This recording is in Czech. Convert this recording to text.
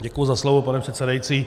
Děkuji za slovo, pane předsedající.